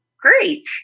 Great